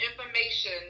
information